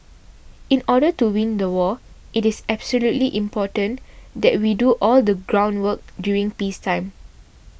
in order to win the war it is absolutely important that we do all the groundwork during peacetime